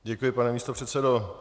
Děkuji, pane místopředsedo.